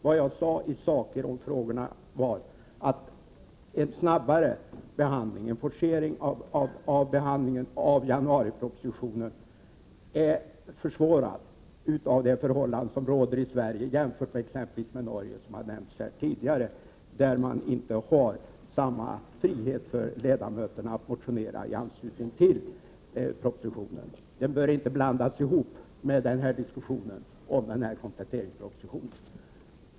Vad jag har sagt är att en snabbare behandling, en forcsering av behandlingen av januaripropositionen försvåras av det förhållande som råder i Sverige jämfört med exempelvis Norge, där ledamöterna inte har samma frihet att motionera i anslutning till en proposition. Men detta bör inte blandas ihop med diskussionen om denna kompletteringsproposition.